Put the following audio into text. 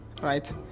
right